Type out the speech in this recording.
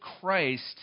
Christ